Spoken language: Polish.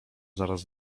zaraz